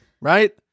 Right